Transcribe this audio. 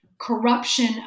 corruption